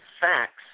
facts